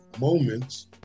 moments